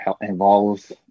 involves